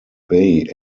bay